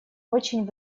очень